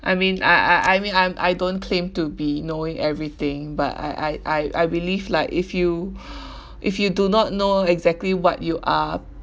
I mean I I I mean I'm I don't claim to be knowing everything but I I I I believe like if you if you do not know exactly what you are